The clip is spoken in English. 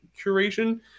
curation